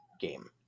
game